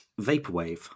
Vaporwave